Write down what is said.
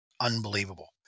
unbelievable